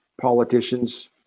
politicians